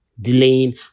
delaying